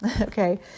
Okay